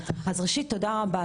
אז ראשית תודה רבה,